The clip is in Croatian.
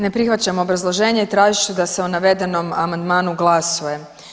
Ne prihvaćam obrazloženje i tražit ću da se o navedenom amandmanu glasuje.